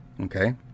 Okay